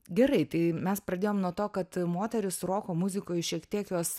gerai tai mes pradėjom nuo to kad moterys roko muzikoj šiek tiek jos